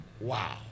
Wow